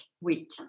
week